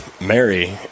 Mary